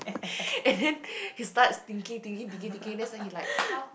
and then he starts thinking thinking thinking thinking that's why he like how